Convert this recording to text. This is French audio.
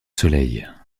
soleil